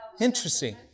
Interesting